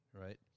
right